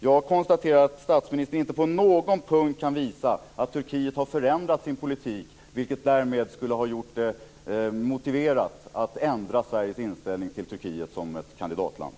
Jag konstaterar att statsministern inte på någon punkt kan visa att Turkiet har förändrat sin politik, vilket skulle ha gjort det motiverat att ändra Sveriges inställning till Turkiet som kandidatland.